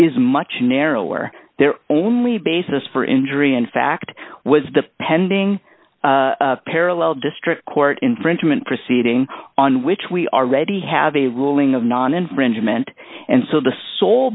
is much narrower there only basis for injury in fact was the pending parallel district court infringement proceeding on which we already have a ruling of non infringement and so the sole